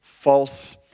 False